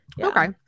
okay